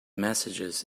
messages